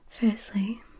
Firstly